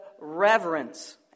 reverence